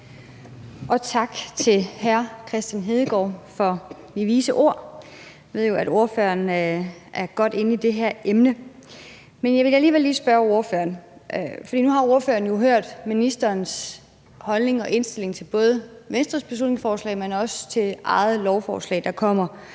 Tak til hr. Kristian Hegaard for de vise ord. Jeg ved jo, at ordføreren er godt inde i det her emne. Jeg vil alligevel lige spørge ordføreren om noget. Nu har ordføreren jo hørt ministerens holdning og indstilling til både Venstres beslutningsforslag, men også til eget lovforslag, der kommer